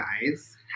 guys